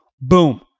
Boom